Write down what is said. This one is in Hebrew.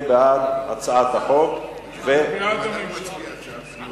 להעביר את הצעת חוק יסודות התקציב (תיקון מס' 39)